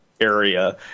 area